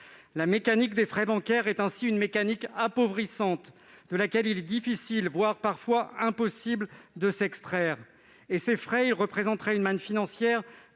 La mécanique des frais bancaires est une mécanique appauvrissante dont il est difficile, voire impossible, de s'extraire. Ces frais représenteraient une manne financière